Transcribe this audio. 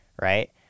right